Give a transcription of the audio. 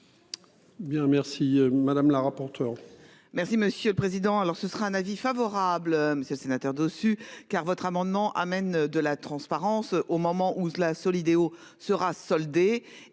Merci madame la rapporteure.